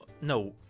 No